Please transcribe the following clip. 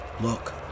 Look